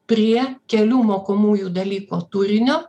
prie kelių mokomųjų dalykų turinio